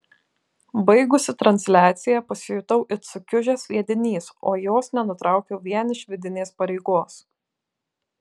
baigusi transliaciją pasijutau it sukiužęs sviedinys o jos nenutraukiau vien iš vidinės pareigos